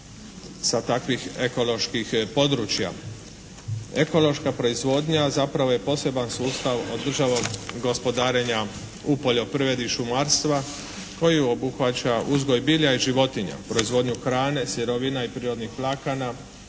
sa takvih ekoloških područja. Ekološka proizvodnja zapravo je poseban sustav održivog gospodarenja u poljoprivredi i šumarstvu koji obuhvaća uzgoj bilja i životinja, proizvodnju hrane, sirovina i prirodnih vlakana